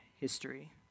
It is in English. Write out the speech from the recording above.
history